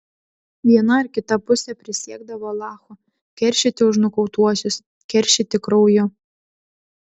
viena ar kita pusė prisiekdavo alachu keršyti už nukautuosius keršyti krauju